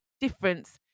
difference